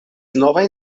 novajn